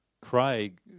Craig